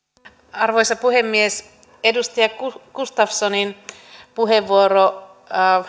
arvoisa puhemies edustaja gustafssonin puheenvuoro